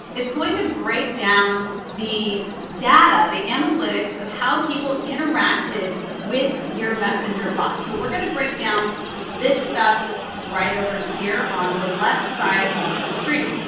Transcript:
it's going to break down the data, the analytics of how people interacted with your messenger bot. so we're going to break down this stuff right over here on the left side of the screen.